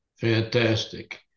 fantastic